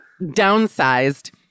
downsized